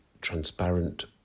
transparent